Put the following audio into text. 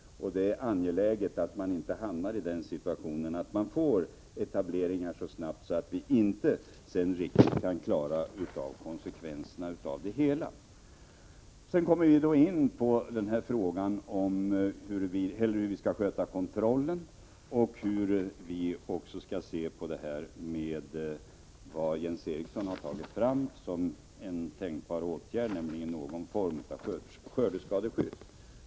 Det är angeläget att man inte hamnar i en situation då etableringarna sker så snabbt att vi inte riktigt kan klara av konsekvenserna av det hela. Så kommer vi in på frågan hur vi skall sköta kontrollen och hur vi skall se på den form av skördeskadeskydd som Jens Eriksson har fört fram som ett tänkbart alternativ.